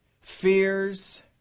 fears